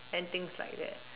and things like that